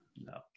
No